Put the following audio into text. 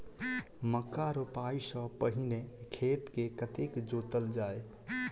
मक्का रोपाइ सँ पहिने खेत केँ कतेक जोतल जाए?